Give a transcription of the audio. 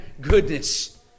goodness